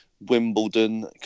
Wimbledon